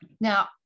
Now